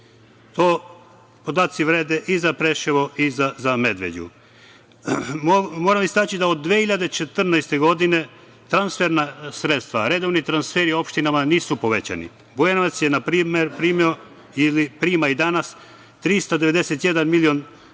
ti podaci vrede i za Preševo i za Medveđu. Moram istaći da od 2014. godine transferna sredstva, redovni transferi opštinama nisu povećani. Bujanovac je, na primer, primio ili prima i danas 391.927.649,00